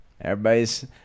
everybody's